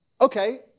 Okay